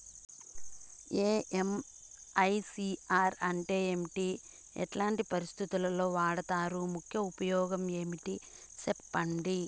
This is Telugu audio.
ఎమ్.ఐ.సి.ఆర్ అంటే ఏమి? ఎట్లాంటి పరిస్థితుల్లో వాడుతారు? ముఖ్య ఉపయోగం ఏంటి సెప్పండి?